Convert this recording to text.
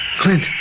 Clint